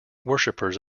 worshippers